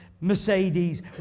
Mercedes